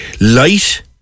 light